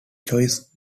choices